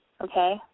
Okay